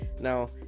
Now